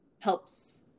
helps